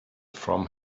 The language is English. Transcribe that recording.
from